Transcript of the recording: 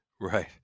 Right